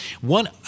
One